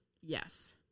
Yes